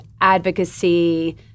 advocacy